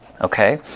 Okay